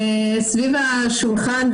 סביב השולחן,